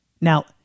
Now